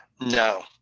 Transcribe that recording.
No